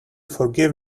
forgive